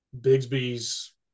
Bigsby's